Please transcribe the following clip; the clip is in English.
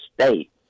state